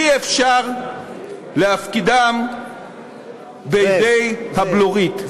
אי-אפשר להפקידם בידי הבלורית.